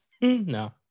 No